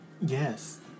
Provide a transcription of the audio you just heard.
Yes